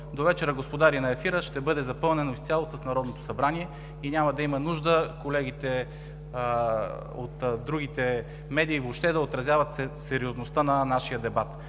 довечера „Господари на ефира“ ще бъде запълнено изцяло с Народното събрание и няма да има нужда колегите от другите медии въобще да отразяват сериозността на нашия дебат.